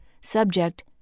Subject